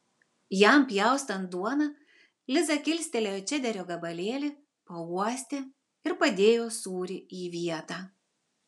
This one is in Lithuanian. jam pjaustant duoną liza kilstelėjo čederio gabalėlį pauostė ir padėjo sūrį į vietą